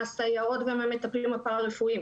מהסייעות והמטפלים הפרה-רפואיים,